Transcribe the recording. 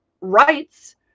Rights